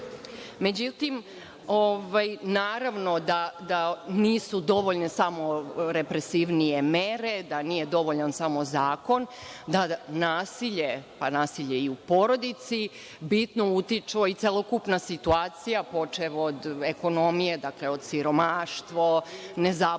naravno da nisu dovoljne samo represivnije mere, da nije dovoljan samo zakon, da na nasilje, pa nasilje i u porodici, bitno utiče i celokupna situacija, počev od ekonomije, dakle, siromaštvo, nezaposlenost,